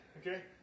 Okay